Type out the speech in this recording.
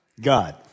God